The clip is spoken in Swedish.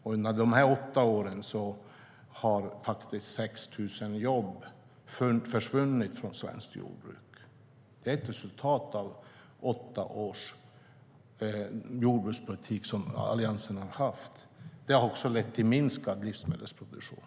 Under dessa åtta år har faktiskt 6 000 jobb försvunnit från svenskt jordbruk. Det är ett resultat av åtta års jordbrukspolitik med Alliansen. Det har lett till minskad livsmedelsproduktion.